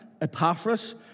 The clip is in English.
Epaphras